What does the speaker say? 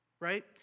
right